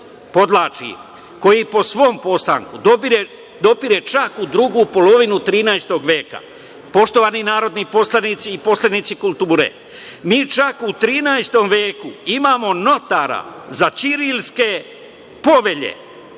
podvlačim, koji po svom postanku dopire čak u drugu polovinu 13. veka. Poštovani narodni poslanici i poslanici kulture, mi čak u 13. veku imamo notara za ćirilske povelje.